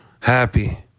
happy